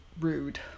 rude